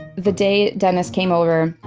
the day dennis came over,